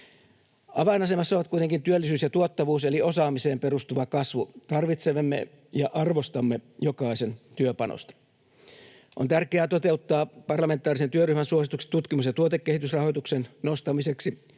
Avainasemassa ovat kuitenkin työllisyys ja tuottavuus eli osaamiseen perustuva kasvu. Tarvitsemme ja arvostamme jokaisen työpanosta. On tärkeää toteuttaa parlamentaarisen työryhmän suositukset tutkimus- ja tuotekehitysrahoituksen nostamiseksi